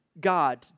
God